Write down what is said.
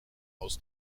aus